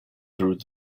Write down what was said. through